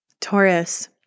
Taurus